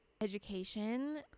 education